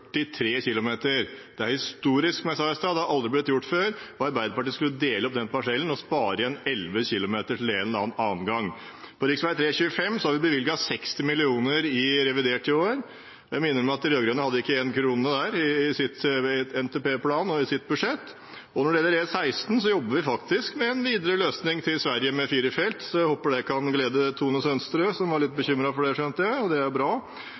km. Det er historisk, som jeg sa i sted – det har aldri blitt gjort før. Arbeiderpartiet skulle dele opp den parsellen og spare igjen 11 km til en eller annen annen gang. På rv. 325 har vi bevilget 60 mill. kr i revidert budsjett i år. Jeg må innrømme at de rød-grønne ikke hadde én krone der i sin NTP-plan og i sitt budsjett. Når det gjelder E16, så jobber vi faktisk med en videre løsning til Sverige med fire felt. Jeg håper det kan glede Tone Sønsterud – som var litt bekymret for det, skjønte jeg, og det er jo bra.